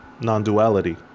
non-duality